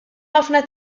ħafna